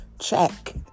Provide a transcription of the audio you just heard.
check